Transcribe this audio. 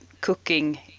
cooking